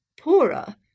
poorer